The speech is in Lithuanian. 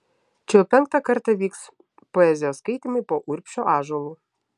čia jau penktą kartą vyks poezijos skaitymai po urbšio ąžuolu